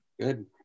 good